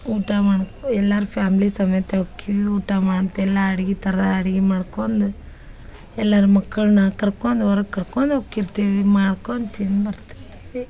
ಊಟ ಮಾಡ್ಕ ಎಲ್ಲಾರ ಫ್ಯಾಮಿಲಿ ಸಮೇತ ಹೊಕ್ಕೀವಿ ಊಟ ಮಾಡುದ ಎಲ್ಲಾ ಅಡ್ಗಿ ಥರಾ ಅಡ್ಗಿ ಮಾಡ್ಕೊಂದು ಎಲ್ಲರು ಮಕ್ಕಳನ್ನ ಕರ್ಕೊಂದು ಹೊರಗ್ ಕರ್ಕೊಂದು ಹೋಕ್ಕಿರ್ತೇವಿ ಮಾಡ್ಕೊಂದ ತಿಂದು ಬರ್ತ ಇರ್ತೀವಿ